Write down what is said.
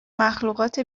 مخلوقات